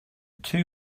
two